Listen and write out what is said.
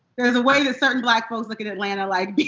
there's a way that certain black folks look at atlanta, like.